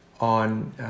on